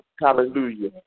hallelujah